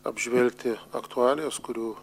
apžvelgti aktualijas kurių